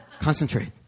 Concentrate